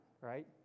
right